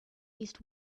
least